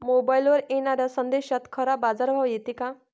मोबाईलवर येनाऱ्या संदेशात खरा बाजारभाव येते का?